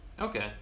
Okay